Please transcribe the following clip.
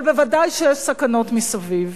אבל ודאי שיש סכנות מסביב.